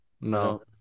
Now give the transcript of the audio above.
no